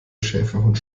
schäferhund